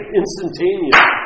instantaneous